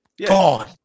gone